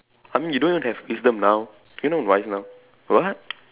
I mean you don't even have wisdom now you no wise now what